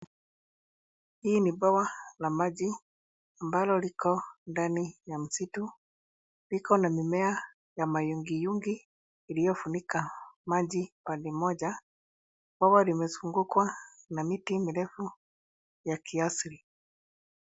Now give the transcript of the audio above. Hii ni bwawa la maji ambalo liko ndani ya msitu. Iko na mimea ya mayungiyungi iliyofunika maji pande moja. Bwawa limezungukwa na miti mirefu ya kiasi.